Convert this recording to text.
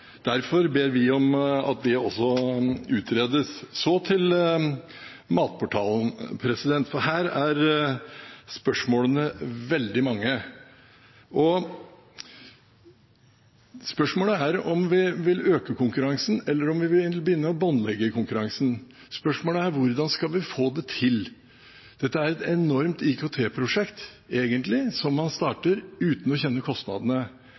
Derfor ber vi om at dette også utredes. Så til matportalen – for her er spørsmålene veldig mange. Spørsmålet er om vi vil øke konkurransen, eller om vi vil begynne å båndlegge konkurransen. Spørsmålet er også hvordan vi skal få det til. Dette er egentlig et enormt IKT-prosjekt som man starter uten å kjenne kostnadene.